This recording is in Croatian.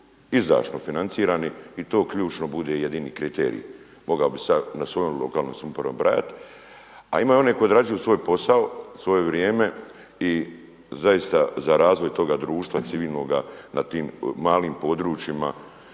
izdašno financirani i to ključno bude jedini kriterij, mogao bi sada na svojoj lokalnoj samoupravi nabrajati. A ima onih koji odrađuju svoj posao u svoje vrijeme i zaista za razvoj toga društva civilnoga na tim malim područjima